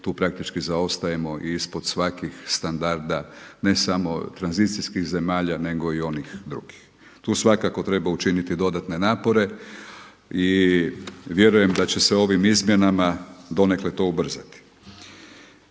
tu praktički zaostajemo i ispod stvarnih standarda ne samo tranzicijskih zemalja nego i onih drugih. Tu svakako treba učiniti dodatne napore i vjerujem da će se ovim izmjenama donekle to ubrzati.